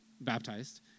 baptized